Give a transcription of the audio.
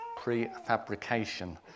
prefabrication